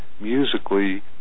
musically